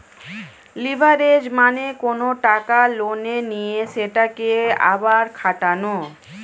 leverage মানে কোনো টাকা লোনে নিয়ে সেটাকে আবার খাটানো